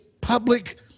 public